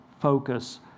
focus